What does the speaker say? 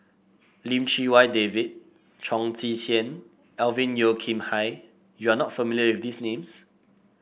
Lim Chee Wai David Chong Tze Chien Alvin Yeo Khirn Hai You are not familiar with these names